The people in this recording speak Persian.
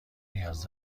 نیاز